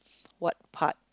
what part